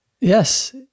Yes